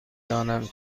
دانم